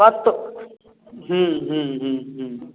तत हूँ हूँ हूँ हूँ